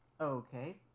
okay